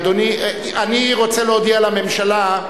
אני רוצה להודיע לממשלה: